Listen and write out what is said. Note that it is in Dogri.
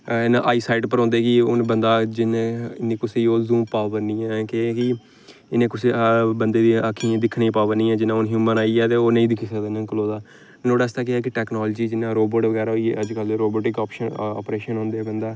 आई साईट पर होंदे कि हून बंदा जियां कुसै गी ओह् जूम पावर निं ऐ केह् ऐ कि इ'यां कुसै बंदे दी अक्खियें दी दिक्खने दी पावर निं ऐ जियां हून हयूमन आई गेआ ओह् निं दिक्खी सकदा ते नुहाड़े आस्तै केह् ऐ कि टैकनालजी जियां रोबोट बगैरा होई गे अज्जकल रोबोट इक आप्रेशन होंदे बंदा